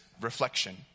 reflection